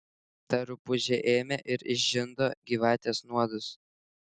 ta rupūžė ėmė ir išžindo gyvatės nuodus